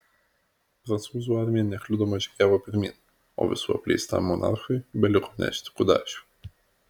prancūzų armija nekliudoma žygiavo pirmyn o visų apleistam monarchui beliko nešti kudašių